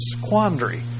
quandary